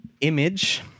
image